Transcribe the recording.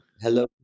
hello